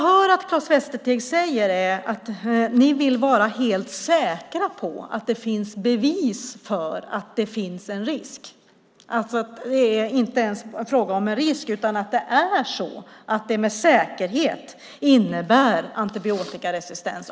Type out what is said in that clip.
Claes Västerteg säger att man vill vara helt säker på att det verkligen finns bevis för att dessa medel innebär antibiotikaresistens.